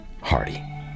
Hardy